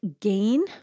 gain